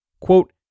Quote